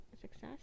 success